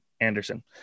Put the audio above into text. Anderson